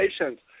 patients